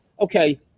okay